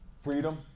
Freedom